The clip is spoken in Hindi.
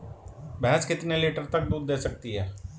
भैंस कितने लीटर तक दूध दे सकती है?